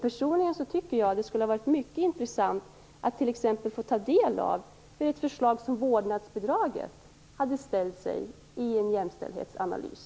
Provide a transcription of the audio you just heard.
Personligen tycker jag att det skulle ha varit mycket intressant att t.ex. få ta del av hur ett förslag som vårdnadsbidraget hade ställt sig i en jämställdhetsanalys.